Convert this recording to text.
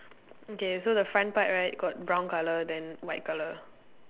okay so the front part right got brown colour then white colour